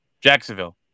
Jacksonville